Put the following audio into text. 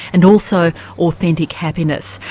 and also authentic happiness.